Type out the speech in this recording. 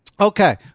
Okay